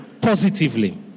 positively